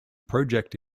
project